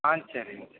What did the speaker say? ஆ சரிங்க